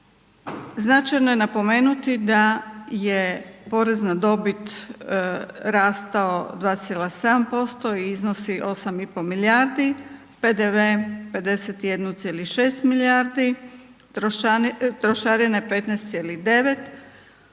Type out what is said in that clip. značajno je napomenuti da je porez na dobit rastao 2,7% i iznosi 8,5 milijardi, PDV 51,6 milijardi, trošarine 15,9,